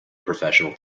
professional